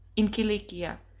in cilicia,